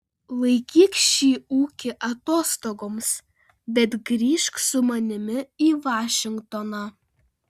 laikyk šį ūkį atostogoms bet grįžk su manimi į vašingtoną